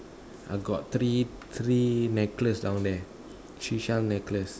I got three three necklaces down there seashell necklace